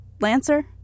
Lancer